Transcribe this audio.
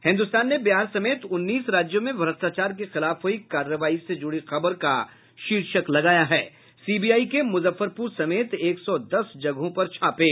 हिन्दुस्तान ने बिहार समेत उन्नीस राज्यों में भ्रष्टाचार के खिलाफ हुई कार्रवाई से जुड़ी खबर का शीर्षक लगाया है सीबीआई के मुजफ्फरपुर समेत एक सौ दस जगहों पर छापे